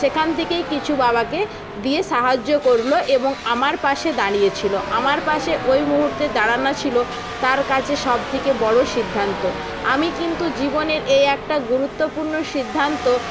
সেখান থেকেই কিছু বাবাকে দিয়ে সাহায্য করলো এবং আমার পাশে দাঁড়িয়েছিলো আমার পাশে ওই মুহুর্তে দাঁড়ানা ছিলো তার কাছে সবথেকে বড়ো সিদ্ধান্ত আমি কিন্তু জীবনের এই একটা গুরুত্বপূর্ণ সিদ্ধান্ত